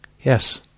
Yes